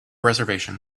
reservation